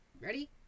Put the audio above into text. ready